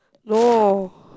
no